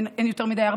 אין יותר מדי,